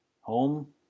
Home